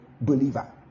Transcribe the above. Believer